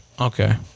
Okay